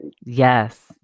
Yes